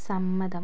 സമ്മതം